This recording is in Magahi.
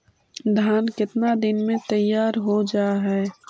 धान केतना दिन में तैयार हो जाय है?